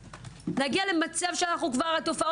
זו הפעם הראשונה שהדבר הזה